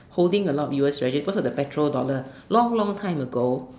holding a lot of U_S treasuries because of the petrol dollar long long time ago